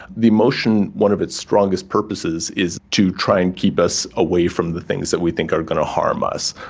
the emotion, one of its strongest purposes purposes is to try and keep us away from the things that we think are going to harm us.